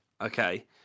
okay